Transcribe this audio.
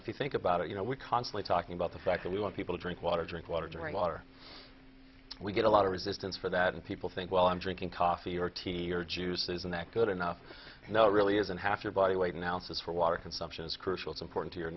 if you think about it you know we're constantly talking about the fact that we want people to drink water drink water during water we get a lot of resistance for that and people think well i'm drinking coffee or tea or juice isn't that good enough and that really isn't half your body weight analysis for water consumption is crucial support to your